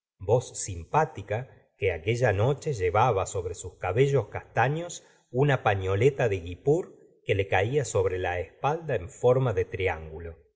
voz simpática que aquella noche llevaba sobre sus cabellos castaños una pañoleta de guipur que le caía sobre la espalda en forma de triángulo